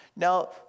Now